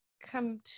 come